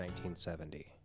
1970